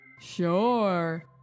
Sure